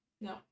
no